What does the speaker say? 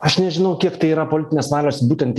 aš nežinau kiek tai yra politinės valios būtent